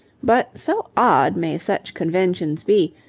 but so odd may such conventions be,